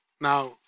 Now